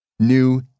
New